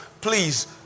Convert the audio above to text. please